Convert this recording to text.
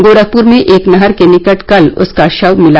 गोरखपुर में एक नहर के निकट कल उसका शव मिला